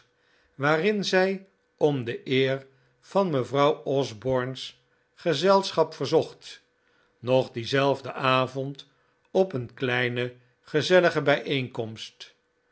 waarin zij om de eer van mevrouw osborne's gezelschap verzocht nog dienzelfden avond op een kleine gezellige